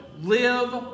live